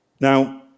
Now